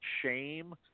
shame